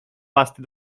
pasty